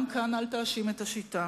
גם כאן אל תאשים את השיטה.